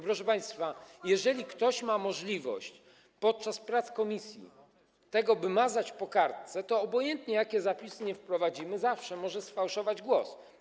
Proszę państwa, jeżeli ktoś ma możliwość podczas prac komisji mazać po kartce, to obojętnie, jakie zapisy wprowadzimy, zawsze może sfałszować głos.